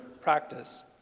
practice